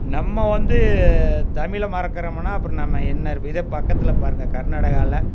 நம்ம வந்து தமிழ்ல மறக்குறோமுன்னா அப்புறம் நம்ம என்ன இதே பக்கத்தில் பாருங்கள் கர்நாடகாவில